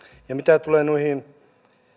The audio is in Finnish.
ja mitä tulee